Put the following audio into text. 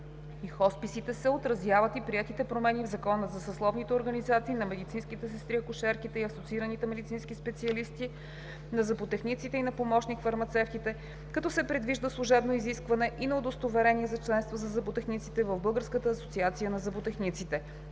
и хосписите се отразяват и приетите промени в Закона за съсловните организации на медицинските сестри, акушерките и асоциираните медицински специалисти, на зъботехниците и на помощник-фармацевтите, като се предвижда служебно изискване и на удостоверение за членство на зъботехниците в Българската асоциация на зъботехниците.